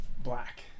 black